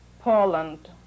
Poland